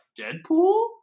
Deadpool